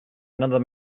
another